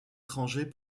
étrangers